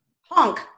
honk